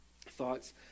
thoughts